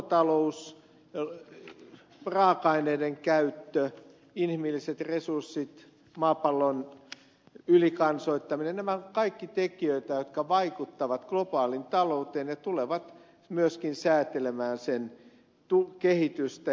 luontotalous raaka aineiden käyttö inhimilliset resurssit maapallon ylikansoittaminen nämä kaikki ovat tekijöitä jotka vaikuttavat globaaliin talouteen ja tulevat myöskin säätelemään sen kehitystä